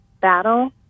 battle